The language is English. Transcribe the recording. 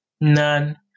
None